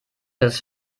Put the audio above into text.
das